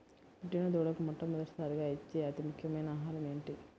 పుట్టిన దూడకు మొట్టమొదటిసారిగా ఇచ్చే అతి ముఖ్యమైన ఆహారము ఏంటి?